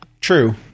True